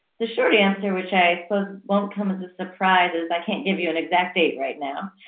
the short answer, which i suppose won't come as a surprise is i can't give you an exact date right now.